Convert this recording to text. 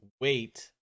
wait